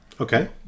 Okay